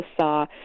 saw